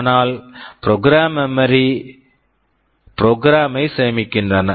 ஆனால் program memory program memory program program -ஐ சேமிக்கின்றன